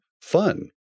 fun